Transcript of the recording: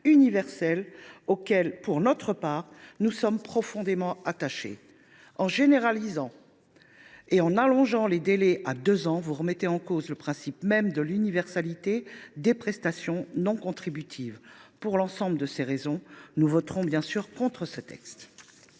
auquel, pour notre part, nous sommes profondément attachés. En généralisant et en allongeant les délais à deux ans, vous remettez en cause le principe même de l’universalité des prestations non contributives. Pour l’ensemble de ces raisons, nous voterons bien évidemment contre ce texte.